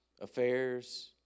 affairs